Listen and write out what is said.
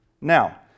Now